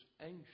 anxious